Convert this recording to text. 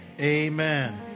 amen